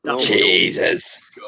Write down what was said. Jesus